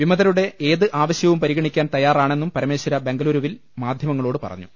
വിമത രുടെ ഏത് ആവശ്യവും പരിഗണിക്കാൻ തയ്യാറാണെന്നും പരമേ ശ്വര ബംഗളുരുവിൽ മാധ്യമങ്ങളോട് പറഞ്ഞു